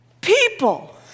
People